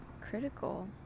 critical